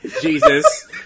Jesus